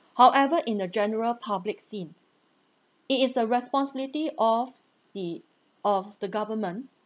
however in a general public scene it is the responsibility of the of the government